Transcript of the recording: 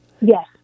Yes